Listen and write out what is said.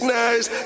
nice